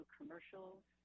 commercials